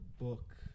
book